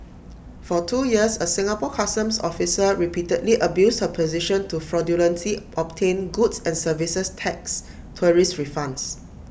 for two years A Singapore Customs officer repeatedly abused her position to fraudulently obtain goods and services tax tourist refunds